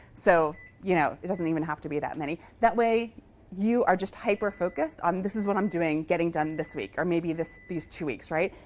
so you know it doesn't even have to be that many. that way you are just hyper-focused on this is what i'm doing, getting done this week. or maybe these two weeks, right?